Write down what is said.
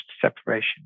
separation